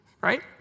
right